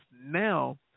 now